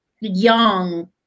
young